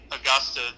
Augusta